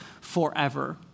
forever